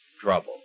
trouble